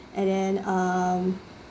and then um